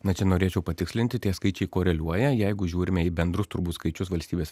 na čia norėčiau patikslinti tie skaičiai koreliuoja jeigu žiūrime į bendrus turbūt skaičius valstybės